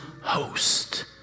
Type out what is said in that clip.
host